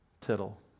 tittle